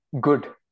good